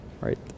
right